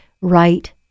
right